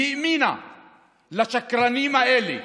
והאמינה לשקרנים האלה,